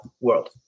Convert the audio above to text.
world